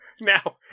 Now